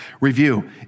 review